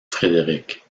frédéric